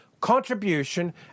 contribution